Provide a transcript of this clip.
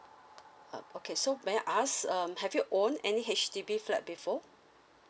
um okay so may I ask um have you own any H_D_B flat before